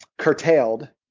curtailed.